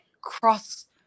cross